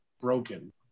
broken